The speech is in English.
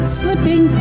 slipping